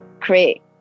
create